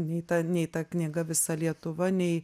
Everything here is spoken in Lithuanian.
nei ta nei ta knyga visa lietuva nei